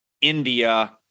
India